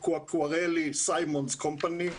ה- Quacquarelli symonds company,